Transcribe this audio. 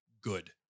good